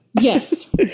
Yes